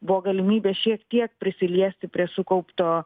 buvo galimybė šiek tiek prisiliesti prie sukaupto